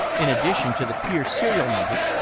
in addition to the peer serial number,